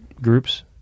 groups